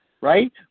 Right